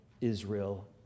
israel